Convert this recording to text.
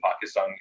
Pakistan